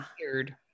weird